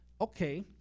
Okay